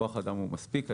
כוח האדם הוא מספיק.